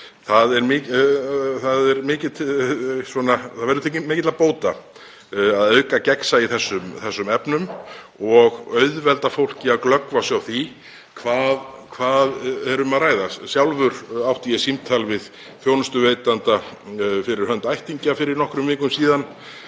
Það verður til mikilla bóta að auka gegnsæi í þeim efnum og auðvelda fólki að glöggva sig á því hvað er um að ræða. Sjálfur átti ég símtal við þjónustuveitanda fyrir hönd ættingja fyrir nokkrum vikum síðan